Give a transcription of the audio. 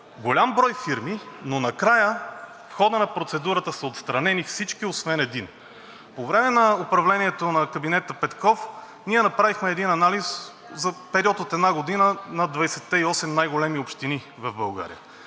голям брой фирми, но накрая в хода на процедурата са отстранени всички освен един. По време на управлението на кабинета Петков ние направихме анализ за период от една година на 28-те най големи общини в България